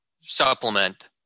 supplement